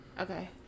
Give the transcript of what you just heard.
okay